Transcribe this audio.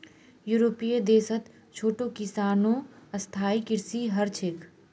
यूरोपीय देशत छोटो किसानो स्थायी कृषि कर छेक